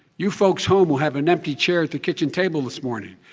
you folks home who have an empty chair at the kitchen table this morning.